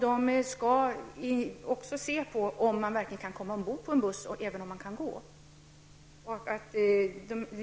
De skall också se till om man verkligen kan komma ombord på en buss även om man kan gå.